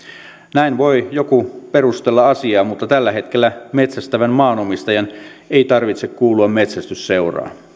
näin voi joku perustella asiaa mutta tällä hetkellä metsästävän maanomistajan ei tarvitse kuulua metsästysseuraan